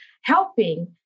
helping